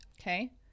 Okay